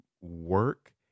work